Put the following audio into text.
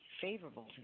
favorable